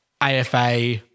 AFA